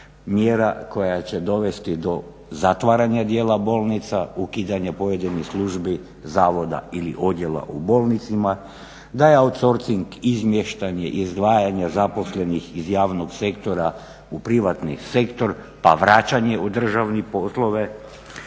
mjera koja će dovesti do zatvaranja dijela bolnica, ukidanja pojedinih službi, zavoda ili odjela u bolnicama, da je outsourcing izmještanje, izdvajanje zaposlenih iz javnog sektora u privatni sektor pa vraćanje u državne poslove,